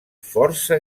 força